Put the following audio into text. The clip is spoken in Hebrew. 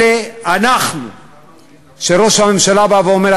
אלה אנחנו שראש הממשלה בא ואומר,